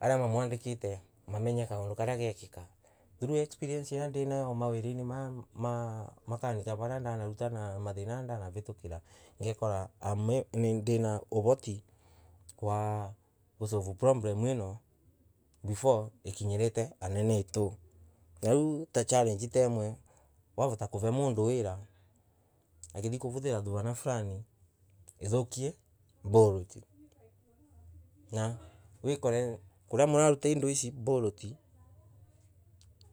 aria inamwandikite mamenye kaondo karia gekaka, through experience irio ndinayo mawiranay ma makanika varia nda naruta na mathina ndanavatokira ngokora amnalina ovoti wa kuslve problem ano befoe akinyarateanene aito, tariu ta challangi ta vote kove mondo wira akithia korothara thrana flani ithokie bolt na wikor koria moraruta indo ici bolt